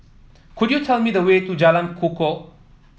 could you tell me the way to Jalan Kukoh